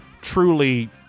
truly